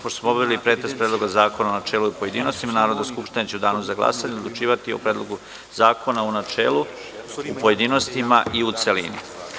Pošto smo obavili pretres predloga zakona u načelu i u pojedinostima, Narodna skupština će u danu za glasanje odlučivati o Predlogu zakona u načelu, pojedinostima i u celini.